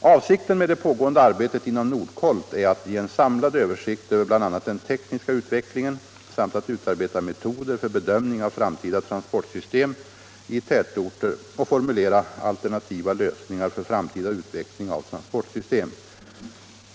Avsikten med det pågående arbetet inom Nordkolt är att ge en samlad översikt över bl.a. den tekniska utvecklingen samt att utarbeta metoder för bedömning av framtida transportsystem i tätorter och formulera alternativa lösningar för framtida utveckling av transportsystem.